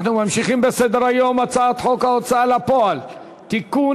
אנחנו ממשיכים בסדר-היום: הצעת חוק ההוצאה לפועל (תיקון,